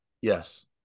Yes